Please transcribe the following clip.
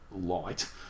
light